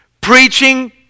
Preaching